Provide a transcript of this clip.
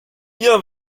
ihr